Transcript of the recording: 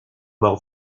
morts